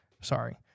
Sorry